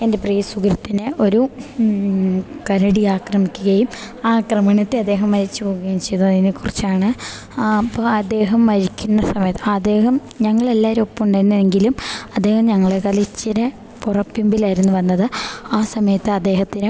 എൻ്റെ പ്രിയ സുഹൃത്തിനെ ഒരു കരടി ആക്രമിക്കുകയും ആ ആക്രമണത്തെ അദ്ദേഹം മരിച്ചു പോകുകയും ചെയ്തു അതിനെ കുറിച്ചാണ് അപ്പം അദ്ദേഹം മരിക്കുന്ന സമയത്ത് അദ്ദേഹം ഞങ്ങൾ എല്ലാവരും ഒപ്പം ഉണ്ടായിരുന്നെങ്കിലും അദ്ദേഹം ഞങ്ങളെക്കാൾ ഇത്തിരി പിമ്പിലായിരുന്നു വന്നത് ആ സമയത്ത് അദ്ദേഹത്തിന്